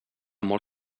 molt